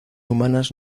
humanas